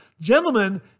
Gentlemen